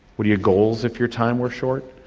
what are your goals if your time were short,